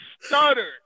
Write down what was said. stuttered